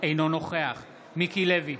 אינו נוכח מיקי לוי,